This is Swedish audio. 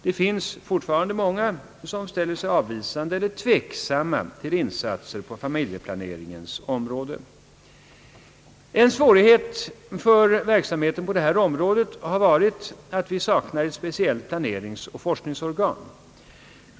Det finns alltjämt många som ställer sig avvisande eller tveksamma till insatser på familjeplaneringens område. En svårighet för verksamheten på detta fält har varit att vi saknar ett speciellt planeringsoch forskningsorgan.